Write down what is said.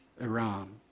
Iran